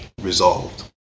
resolved